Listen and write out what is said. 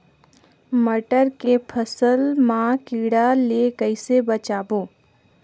मटर के फसल मा कीड़ा ले कइसे बचाबो?